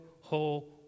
whole